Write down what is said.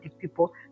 people